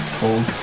cold